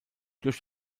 durch